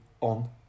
on